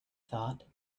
thought